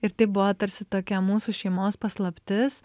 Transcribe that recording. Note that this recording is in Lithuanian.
ir tai buvo tarsi tokia mūsų šeimos paslaptis